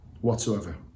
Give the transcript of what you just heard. whatsoever